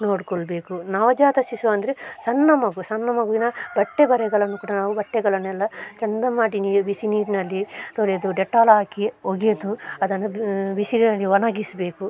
ನೋಡಿಕೊಳ್ಬೇಕು ನವಜಾತ ಶಿಶು ಅಂದರೆ ಸಣ್ಣ ಮಗು ಸಣ್ಣ ಮಗುವಿನ ಬಟ್ಟೆ ಬರೆಗಳನ್ನು ಕೂಡ ನಾವು ಬಟ್ಟೆಗಳನೆಲ್ಲ ಚಂದ ಮಾಡಿ ನೀರು ಬಿಸಿನೀರಿನಲ್ಲಿ ತೊಳೆದು ಡೆಟಾಲ್ ಹಾಕಿ ಒಗೆದು ಅದನ್ನು ಬಿಸಿಲಿನಲ್ಲಿ ಒಣಗಿಸ್ಬೇಕು